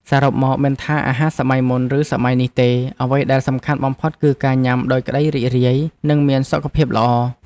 សរុបមកមិនថាអាហារសម័យមុនឬសម័យនេះទេអ្វីដែលសំខាន់បំផុតគឺការញ៉ាំដោយក្តីរីករាយនិងមានសុខភាពល្អ។